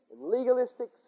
legalistic